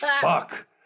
fuck